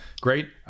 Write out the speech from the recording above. great